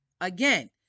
Again